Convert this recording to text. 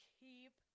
keep